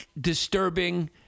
disturbing